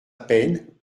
peine